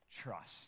trust